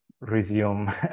resume